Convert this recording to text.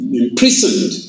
imprisoned